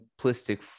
simplistic